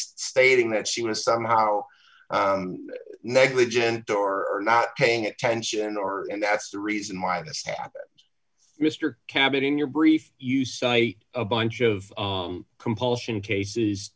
stating that she was somehow negligent or not paying attention or and that's the reason why this happens mr cabot in your brief you cite a bunch of compulsion cases